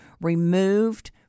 removed